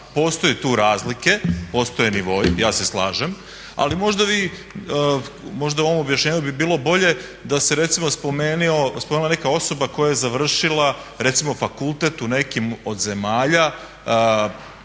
postoji tu razlike, postoje nivoi, ja se slažem ali možda vi, možda u ovom objašnjenju bi bilo bolje da se recimo spomenula neka osoba koja je završila recimo fakultet u nekim od zemalja,